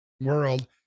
world